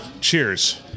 Cheers